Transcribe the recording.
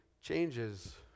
changes